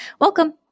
Welcome